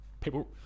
people